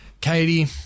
Katie